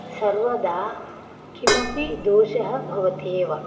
सर्वदा किमपि दोषः भवति एव